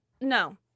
no